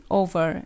over